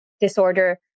disorder